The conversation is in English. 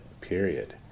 period